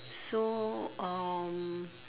so um